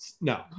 No